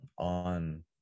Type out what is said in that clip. on